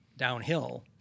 downhill